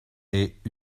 est